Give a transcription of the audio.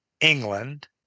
England